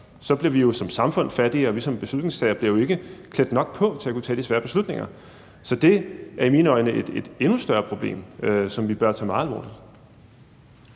bliver vi jo som samfund fattigere. Vi som beslutningstagere bliver jo ikke klædt nok på til at kunne tage de svære beslutninger. Så det er i mine øjne et endnu større problem, som vi bør tage meget alvorligt.